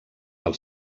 del